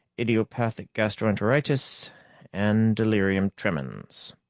idiopathic gastroenteritis and delirium tremens.